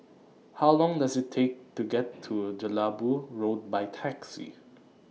How Long Does IT Take to get to Jelebu Road By Taxi